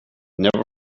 never